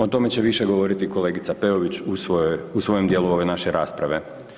O tome će više govoriti kolegica Peović u svojem dijelu ove naše rasprave.